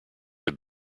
have